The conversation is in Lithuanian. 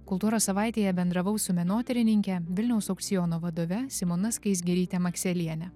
kultūros savaitėje bendravau su menotyrininke vilniaus aukciono vadove simona skaisgiryte makseliene